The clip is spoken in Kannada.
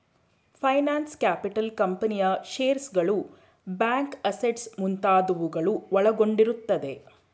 ಫೈನಾನ್ಸ್ ಕ್ಯಾಪಿಟಲ್ ಕಂಪನಿಯ ಶೇರ್ಸ್ಗಳು, ಬ್ಯಾಂಕ್ ಅಸೆಟ್ಸ್ ಮುಂತಾದವುಗಳು ಒಳಗೊಂಡಿರುತ್ತದೆ